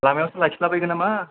लामायावसो लाखिला बायगोन नामा